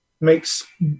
makes